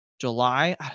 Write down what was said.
July